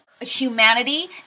humanity